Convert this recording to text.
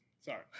Sorry